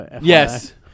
Yes